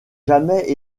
jamais